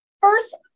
first